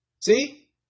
See